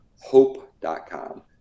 Hope.com